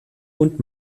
und